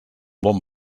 bon